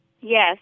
Yes